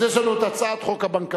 אז יש לנו את הצעת חוק הבנקאות,